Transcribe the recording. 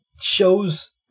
shows